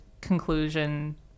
conclusion